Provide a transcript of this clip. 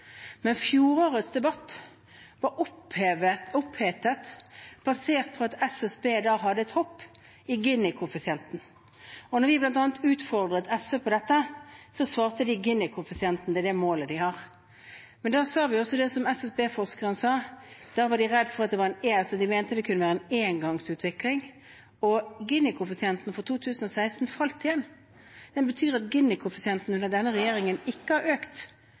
men jeg er faktisk opptatt av at ulikhet ikke skal øke i vårt samfunn. Fjorårets debatt var opphetet, basert på at SSB da viste et hopp i Gini-koeffisienten. Da vi utfordret bl.a. SV på dette, svarte de at Gini-koeffisienten er det målet de har. Men da sa vi det som også SSB-forskeren sa, og da mente de det kunne være en engangsutvikling. Gini-koeffisienten for 2016 falt igjen. Det betyr at Gini-koeffisienten under denne regjeringen ikke har økt.